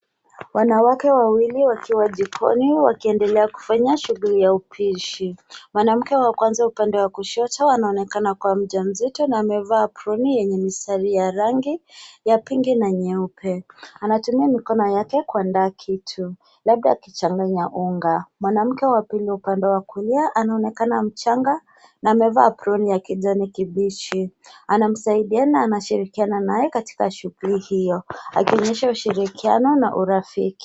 Wanawake wawili wakiwa jikoni wakiendelea kufanya shughuli ya upishi. Mwanamke wa kwanza upande wa kushoto anaonekana kuwa mjamzito na amevaa aproni yenye mistari ya rangi ya pinki na nyeupe. Anatumia mikono yake kuandaa kitu, labda akichanganya unga. Mwanamke wa pili upande wa kulia anaonekana mchanga na amevaa aproni ya kijani kibichi. Anamsaidia na anashirikiana naye katika shughuli hio, akionyesha ushirikiano na urafiki.